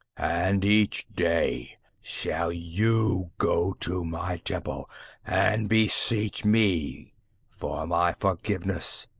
and each day shall you go to my temple and beseech me for my forgiveness.